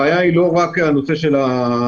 הבעיה היא לא רק נושא הבדיקה.